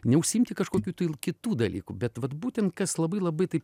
neužsiimti kažkokių tai kitų dalykų bet vat būtent kas labai labai taip